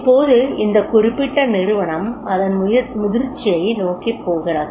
இப்போது இந்த குறிப்பிட்ட நிறுவனம் அதன் முதிர்ச்சியை நோக்கிப் போகிறது